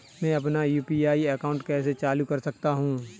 मैं अपना UPI account कैसे चालू कर सकता हूँ?